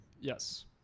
Yes